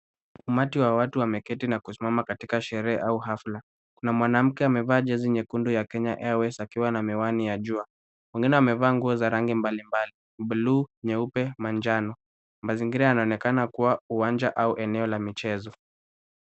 Umati wa watu wameketi na kusimama katika sherehe au hafla na mwanamke amevaa jezi nyekundu ya Kenya Airways akiwa na miwani ya jua. Mwingine amevaa nguo za rangi mbalimbali bluu, nyeupe, manjano. Mazingira yanaonekana kuwa uwanja au eneo la michezo.